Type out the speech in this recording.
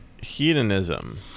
hedonism